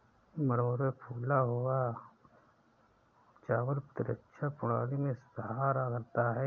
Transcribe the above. मुरमुरे फूला हुआ चावल प्रतिरक्षा प्रणाली में सुधार करता है